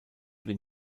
den